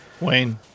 Wayne